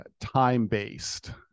time-based